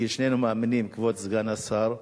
כי שנינו מאמינים, כבוד סגן השר,